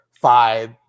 five